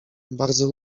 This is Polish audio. bardzo